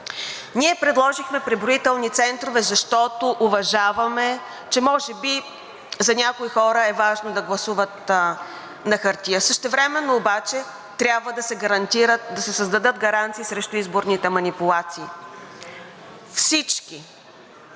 Ние предложихме преброителни центрове, защото уважаваме, че може би за някои хора е важно да гласуват на хартия. Същевременно обаче трябва да се създадат гаранции срещу изборните манипулации. Всички